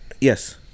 Yes